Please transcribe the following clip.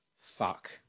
Fuck